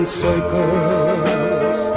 circles